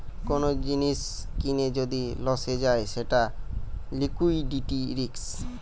কোন জিনিস কিনে যদি লসে যায় সেটা লিকুইডিটি রিস্ক